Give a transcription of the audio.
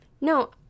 No